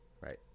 Right